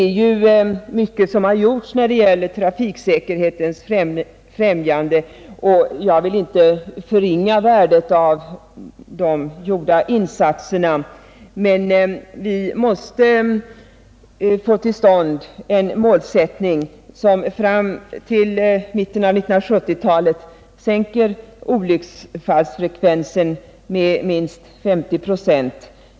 Mycket har gjorts när det gäller trafiksäkerhetens främjande, och jag vill inte förringa värdet av gjorda insatser, men vi måste få till stånd en målsättning som fram till mitten av 1970-talet sänker olycksfallsfrekvensen med minst 50 procent.